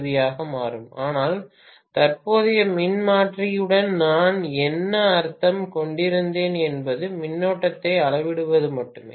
we ஆக மாறும் ஆனால் தற்போதைய மின்மாற்றியுடன் நான் என்ன அர்த்தம் கொண்டிருந்தேன் என்பது மின்னோட்டத்தை அளவிடுவது மட்டுமே